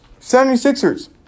76ers